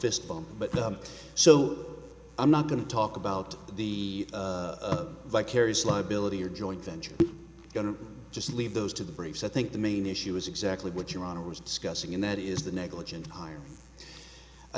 this phone but so i'm not going to talk about the vicarious liability or joint venture going to just leave those to the brakes i think the main issue is exactly what your honor is discussing and that is the negligent hiring i